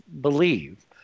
believe